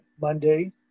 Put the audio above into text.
Monday